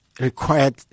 required